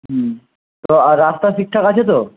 হুম তো আর রাস্তা ঠিকঠাক আছে তো